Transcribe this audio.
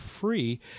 free